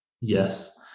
Yes